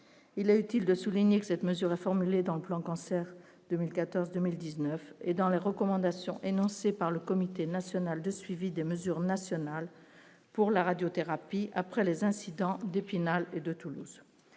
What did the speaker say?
il est utile de souligner que cette mesure est formulée dans le plan cancer 2014, 2000 19 et dans les recommandations énoncées par le comité national de suivi des mesures nationales pour la radiothérapie après les incidents d'Epinal et de Toulouse,